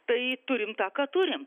tai turim tą ką turim